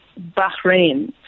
Bahrain